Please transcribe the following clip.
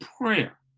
prayer